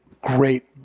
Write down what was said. great